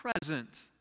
present